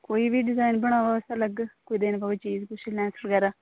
कोई बी डिजाइन बने दा होऐ अलग्ग कोई देनी प'वै चीज कुछ लैंस बगैरा